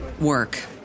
work